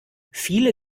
viele